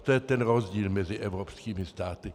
To je ten rozdíl mezi evropskými státy.